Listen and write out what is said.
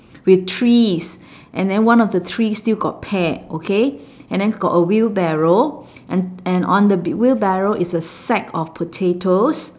with trees and then one of the tree still got pear okay and then got a wheelbarrow and and on the b~ wheelbarrow is a sack of potatoes